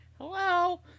Hello